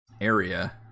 area